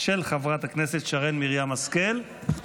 אני קובע כי הצעת חוק משפחות חיילים שנספו במערכה (תיקון,